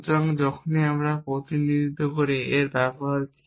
সুতরাং যখনই আমরা প্রতিনিধিত্ব করি এর ব্যবহার কি